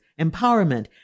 empowerment